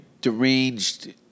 deranged